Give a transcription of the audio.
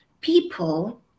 people